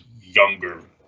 younger